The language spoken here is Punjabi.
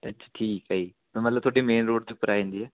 ਅੱਛਾ ਠੀਕ ਹੈ ਜੀ ਮਤਲਬ ਤੁਹਾਡੇ ਮੇਨ ਰੋਡ ਦੇ ਉੱਪਰ ਆ ਜਾਂਦੀ ਆ